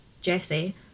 Jesse